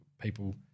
people